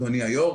אדוני היושב-ראש.